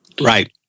Right